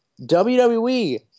WWE